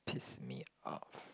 piss me off